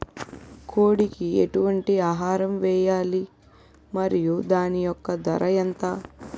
కోడి కి ఎటువంటి ఆహారం వేయాలి? మరియు దాని యెక్క ధర ఎంత?